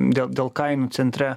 dėl dėl kainų centre